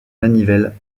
manivelle